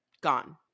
Gone